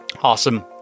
Awesome